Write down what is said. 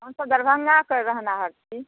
हम सब दरभङ्गासँ रहनाहर छी